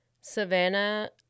Savannah